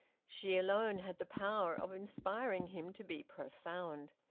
she alone had the power of inspiring him to be profound.